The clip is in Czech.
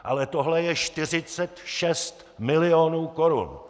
Ale tohle je 46 milionů korun!